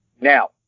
Now